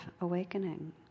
awakening